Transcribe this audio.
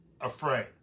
afraid